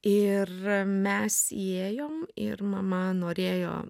ir mes įėjom ir mama norėjo